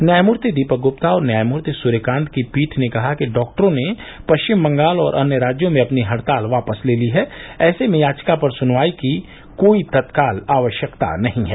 न्यायमूर्ति दीपक गुप्ता और न्यायमूर्ति सूर्यकांत की पीठ ने कहा कि डॉक्टरों ने पश्चिम बंगाल और अन्य राज्यों में अपनी हड़ताल वापस ले ली है ऐसे में याचिका पर सुनवाई की कोई तत्काल आवश्यकता नहीं है